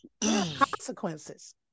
Consequences